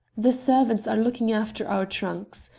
the servants are looking after our trunks.